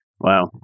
Wow